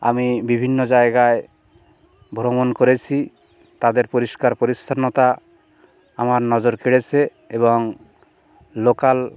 আমি বিভিন্ন জায়গায় ভ্রমণ করেছি তাদের পরিষ্কার পরিছন্নতা আমার নজর কেড়েছে এবং লোকাল